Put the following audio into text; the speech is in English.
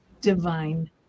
divine